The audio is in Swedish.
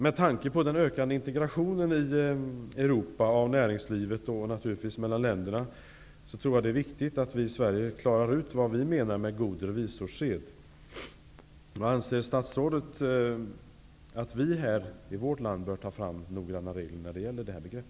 Med tanke på den ökande integrationen i näringslivet i Europa tror jag att det är viktigt att vi i Sverige klarar ut vad vi menar med ''god revisorssed''. Anser statsrådet att vi i vårt land bör utforma noggranna regler när det gäller detta begrepp?